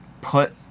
put